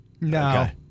No